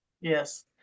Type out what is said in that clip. yes